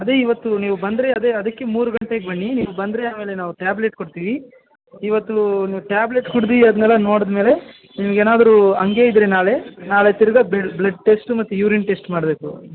ಅದೇ ಇವತ್ತು ನೀವು ಬಂದರೆ ಅದೆ ಅದಕ್ಕೆ ಮೂರು ಗಂಟೆಗೆ ಬನ್ನಿ ನೀವು ಬಂದರೆ ಆಮೇಲೆ ನಾವು ಟ್ಯಾಬ್ಲೇಟ್ ಕೊಡ್ತೀವಿ ಇವತ್ತು ನೀವು ಟ್ಯಾಬ್ಲೇಟ್ ಕುಡಿದು ಅದನೆಲ್ಲ ನೋಡಿದ್ಮೇಲೆ ನಿಮಗೇನಾದ್ರು ಹಂಗೆ ಇದ್ರೆ ನಾಳೆ ನಾಳೆ ತಿರುಗಾ ಬ್ಲೆಡ್ ಟೆಸ್ಟ್ ಮತ್ತೆ ಯೂರಿನ್ ಟೆಸ್ಟ್ ಮಾಡಬೇಕು